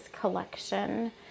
Collection